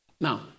Now